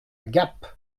gap